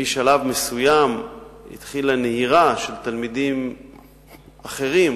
משלב מסוים התחילה נהירה של תלמידים אחרים,